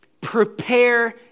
prepare